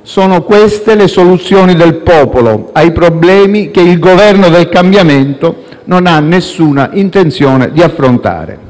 sono queste le soluzioni del popolo ai problemi che il Governo del cambiamento non ha alcuna intenzione di affrontare.